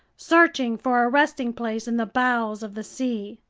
searching for a resting place in the bowels of the sea.